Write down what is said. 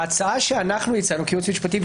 ההצעה שאנחנו הצענו כייעוץ משפטי,